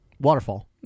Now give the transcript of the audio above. waterfall